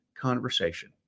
conversation